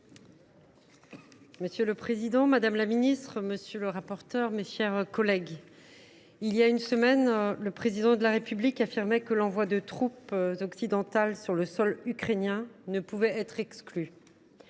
Monsieur le président, madame la ministre, mes chers collègues, voilà une semaine, le Président de la République déclarait que l’envoi de troupes occidentales sur le sol ukrainien ne pouvait être exclu.